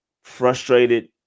Frustrated